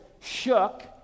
shook